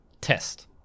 test